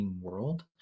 world